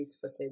footage